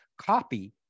copy